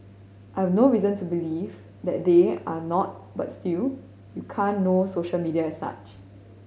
I've no reason to believe that they are not but still you can't know social media as such